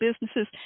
businesses